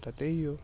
त त्यही हो